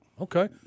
Okay